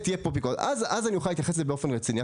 אז אני אוכל להתייחס לזה באופן רציני.